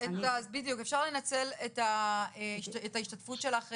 אז אני חושבת שאפשר לנצל את ההשתתפות שלך בדיון,